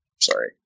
Sorry